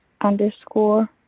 underscore